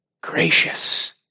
Gracious